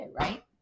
right